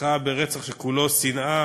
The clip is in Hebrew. נרצחה ברצח שכולו שנאה,